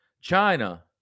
China